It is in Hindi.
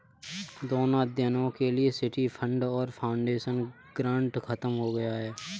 दोनों अध्ययनों के लिए सिटी फंड और फाउंडेशन ग्रांट खत्म हो गए हैं